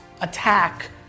attack